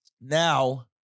Now